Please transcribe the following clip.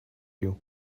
you